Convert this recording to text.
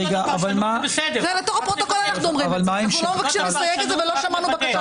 אנחנו לא מבקשים לסייג את זה ולא שמענו בקשה,